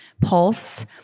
pulse